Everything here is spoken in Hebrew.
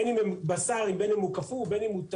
בין אם הבשר קפוא ובין אם הוא טרי,